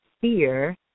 fear